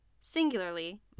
singularly